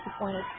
disappointed